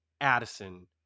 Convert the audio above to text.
Addison